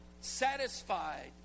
Satisfied